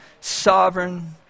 Sovereign